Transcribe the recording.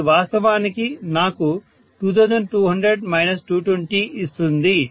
ఇది వాస్తవానికి నాకు 2200 220 ఇస్తుంది